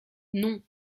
non